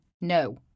no